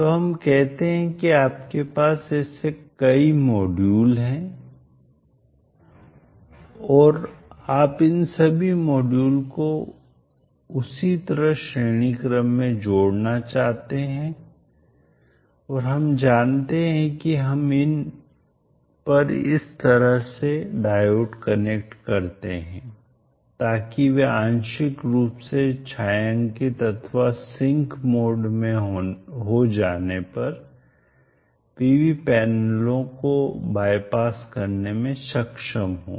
तो हम कहते हैं कि आपके पास ऐसे कई मॉड्यूल हैं और आप इन सभी मॉड्यूलों को उसी तरह श्रेणी क्रम में जोड़ना चाहते हैं और हम जानते हैं कि हम इन पर इस तरह से डायोड कनेक्ट करते हैं ताकि वे आंशिक रूप से छायांकित अथवा सिंक मोड में हो जाने पर PV पैनलों को बायपास करने में सक्षम हों